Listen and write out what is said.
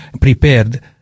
prepared